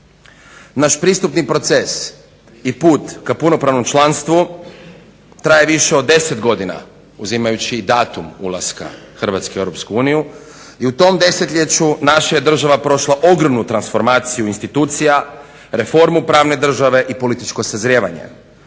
Naš pristupni proces i put ka punopravnom članstvu traje više od 10 godina uzimajući i datum ulaska Hrvatske u EU i u tom desetljeću naša je država prošla ogromnu transformaciju institucija, reformu pravne države i političko sazrijevanje.